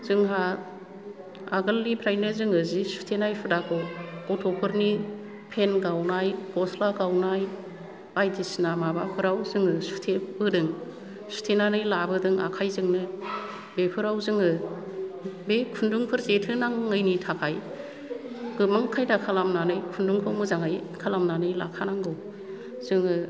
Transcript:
जोंहा आगोलनिफ्रायनो जोङो जि सुथेनाय हुदाखौ गथफोरनि पेन गावनाय गस्ला गावनाय बायदिसिना माबा फोराव जोङो सुथे बोदों सुथेनानै लाबोदों आखायजोंनो बेफोराव जोङो बे खुन्दुंफोर जेथो नांनायनि थाखाय गोबां खायदा खालामनानै खुन्दुंखौ मोजाङै खालामनानै लाखानांगौ जोङो